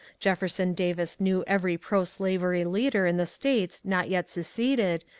jefferson davis knew every proslavery leader in the states not yet seceded,